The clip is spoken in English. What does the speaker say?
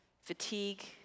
fatigue